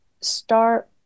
start